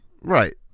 Right